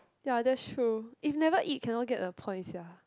then I'll just throw if never eat cannot get the points sia